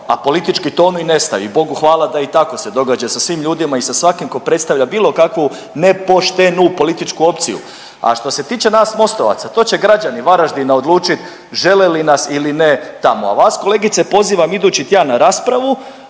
a politički tonu i nestaju i bogu hvala da i tako se događa i sa svim ljudima i sa svakim tko predstavlja bilo kakvu nepoštenu političku opciju. A što se tiče nas MOST-ovaca to će građani Varaždina odlučiti žele li nas ili ne tamo, a vas kolegice pozivam idući tjedan na raspravu